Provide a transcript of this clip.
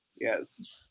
Yes